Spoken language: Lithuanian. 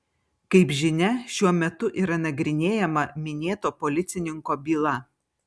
kaip žinia šiuo metu yra nagrinėjama minėto policininko byla